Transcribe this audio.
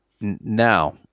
now